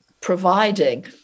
providing